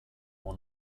mon